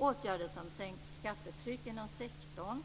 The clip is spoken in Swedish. Åtgärder som sänkt skattetryck inom sektorn,